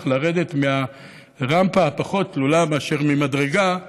לרדת מהרמפה הפחות-תלולה מאשר ממדרגה.